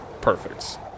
Perfect